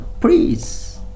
please